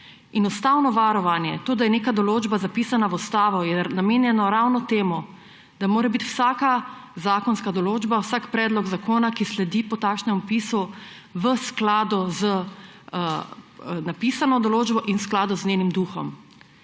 Ustavno varovanje, to, da je neka določba zapisana v ustavo, je namenjeno ravno temu, da mora biti vsaka zakonska določba, vsak predlog zakona, ki sledi po takšnem vpisu, v skladu z napisano določbo in v skladu z njenim duhom.